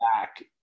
back